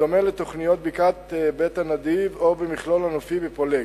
בדומה לתוכניות בקעת-הנדיב או המכלול הנופי בפולג,